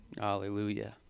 hallelujah